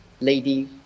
lady